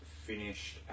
finished